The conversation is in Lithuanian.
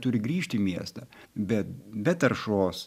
turi grįžt į miestą be be taršos